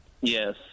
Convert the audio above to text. Yes